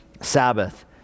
Sabbath